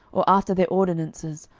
or after their ordinances,